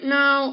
now